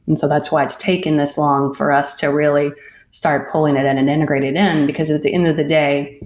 and so that's why it's taken this long for us to really start pulling it in an integrated end, because at the end of the day,